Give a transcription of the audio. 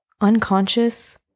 unconscious